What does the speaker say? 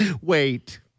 Wait